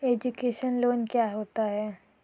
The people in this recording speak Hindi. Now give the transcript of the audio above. एजुकेशन लोन क्या होता है?